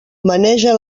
maneja